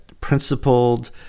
principled